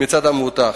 מצד המבוטח.